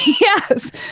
yes